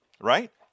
right